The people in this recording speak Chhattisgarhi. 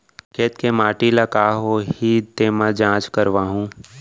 खेत के माटी ल का होही तेमा जाँच करवाहूँ?